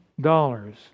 dollars